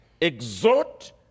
exhort